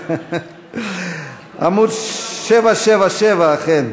עמוד 777, אכן.